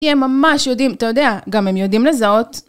כי הם ממש יודעים, אתה יודע, גם הם יודעים לזהות.